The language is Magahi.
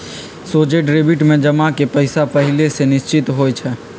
सोझे डेबिट में जमा के पइसा पहिले से निश्चित होइ छइ